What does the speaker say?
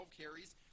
carries